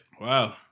Wow